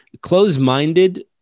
closed-minded